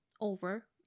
over